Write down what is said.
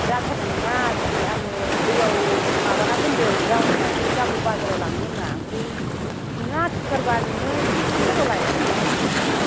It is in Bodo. जाथारनाय नोङा आफि आङो दैयाव माबाना दोन्दों जावैनानै गाबोन बाजाराव लांनो होन्ना आमफ्राय नोङो आथुर थारबा नोङो एसे सकफोराव लानानै फैथां आफि